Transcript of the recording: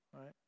right